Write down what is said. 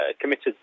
committed